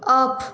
off